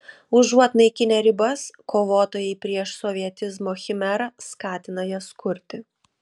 užuot naikinę ribas kovotojai prieš sovietizmo chimerą skatina jas kurti